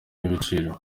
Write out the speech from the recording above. n’ibiciro